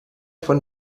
von